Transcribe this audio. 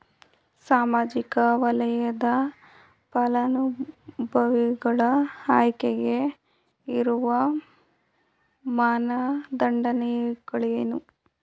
ಸಾಮಾಜಿಕ ವಲಯದ ಫಲಾನುಭವಿಗಳ ಆಯ್ಕೆಗೆ ಇರುವ ಮಾನದಂಡಗಳೇನು?